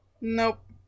Nope